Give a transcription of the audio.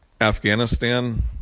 Afghanistan